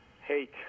hate